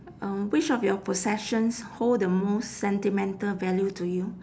um which of your possessions hold the most sentimental value to you